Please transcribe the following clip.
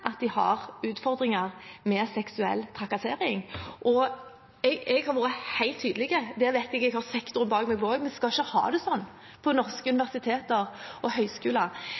at de har utfordringer med seksuell trakassering. Og jeg har vært helt tydelig på – der vet jeg at jeg har sektoren bak meg – at vi ikke skal ha det sånn på norske universiteter og høyskoler.